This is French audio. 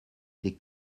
des